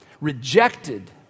rejected